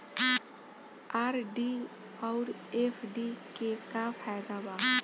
RD आउर FD के का फायदा बा?